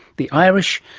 the irish,